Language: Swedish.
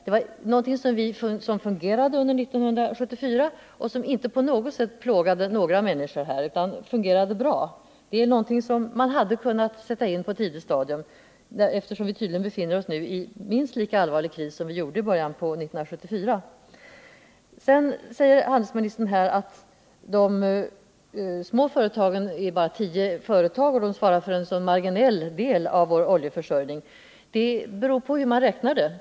Det var någonting som fungerade bra under 1974 och som inte på något sätt plågade några människor. Det är någonting som man hade kunnat sätta in på ett tidigt stadium, eftersom vi tydligen nu befinner oss i en minst lika allvarlig kris som i början på 1974. Sedan säger handelsministern att de små företagen är bara tio till antalet och att de svarar för en marginell del av vår oljeförsörjning. Det beror på hur man räknar.